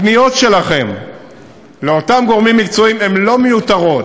הפניות שלכם לאותם גורמים מקצועיים הן לא מיותרות,